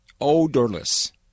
Odorless